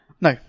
No